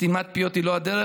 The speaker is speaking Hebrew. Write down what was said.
סתימת פיות היא לא הדרך.